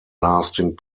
lasting